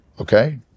okay